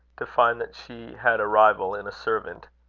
to find that she had a rival in a servant.